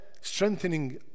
strengthening